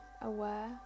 aware